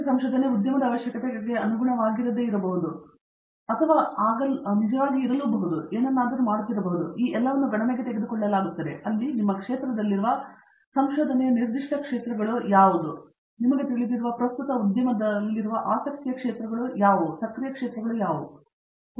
ಮತ್ತು ಅದು ನಿಜವಾಗಲೂ ಇರಬಹುದು ಏನನ್ನಾದರೂ ಮಾಡುತ್ತಿರಬಹುದು ಆದರೆ ಎಲ್ಲವನ್ನೂ ಗಣನೆಗೆ ತೆಗೆದುಕೊಳ್ಳಲಾಗುತ್ತದೆ ಅಲ್ಲಿ ನಿಮ್ಮ ಕ್ಷೇತ್ರದಲ್ಲಿರುವ ಸಂಶೋಧನೆಯ ನಿರ್ದಿಷ್ಟ ಕ್ಷೇತ್ರಗಳು ನಿಮಗೆ ತಿಳಿದಿರುವ ಉದ್ಯಮವು ಪ್ರಸ್ತುತ ಆಸಕ್ತಿ ಹೊಂದಿದೆ ಮತ್ತು ಸಕ್ರಿಯವಾಗಿ ನೋಡುತ್ತಿದೆ